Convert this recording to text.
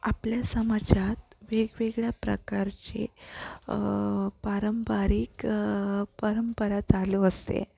आपल्या समाजात वेगवेगळ्या प्रकारचे पारंपरिक परंपरा चालू असते